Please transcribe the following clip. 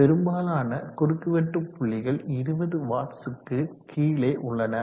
பெரும்பாலான குறுக்குவெட்டு புள்ளிகள் 20 வாட்ஸ்க்கு கீழே உள்ளன